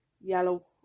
yellow